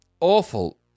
awful